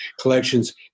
collections